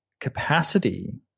capacity